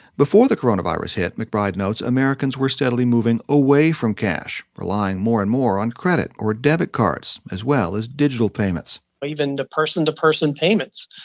before the coronavirus hit, mcbride notes, americans were steadily moving away from cash, relying more and more on credit or debit cards as well as digital payments even the person-to-person payments,